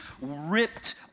ripped